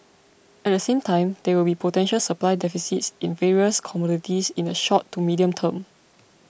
at the same time there will be potential supply deficits in various commodities in the short to medium term